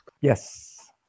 Yes